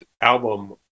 album